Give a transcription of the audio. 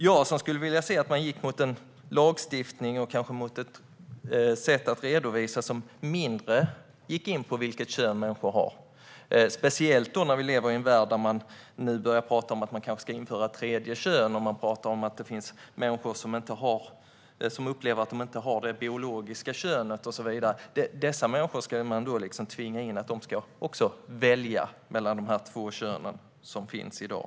Jag skulle vilja se att man gick i riktning mot en lagstiftning och ett sätt att redovisa som i mindre utsträckning går in på vilket kön människor har - speciellt eftersom vi lever i en värld där man nu börjar tala om att införa ett tredje kön och att det finns människor som upplever att de inte har rätt biologiskt kön. Dessa människor ska man alltså tvinga in i ett system där de måste välja mellan de två kön som finns i dag.